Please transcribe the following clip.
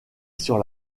sur